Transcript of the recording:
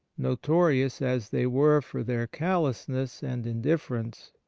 notorious as they were for their callousness and in difference,